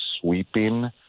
sweeping